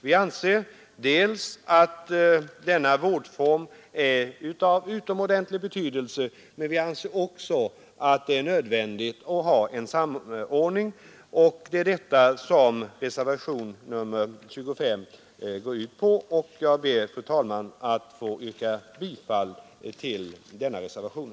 Vi anser att denna vårdform är av utomordentlig betydelse men anser också att det är nödvändigt med en samordning, vilket föreslås i reservationen 5. Jag ber, fru talman, att få yrka bifall till denna reservation.